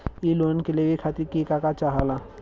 इ लोन के लेवे खातीर के का का चाहा ला?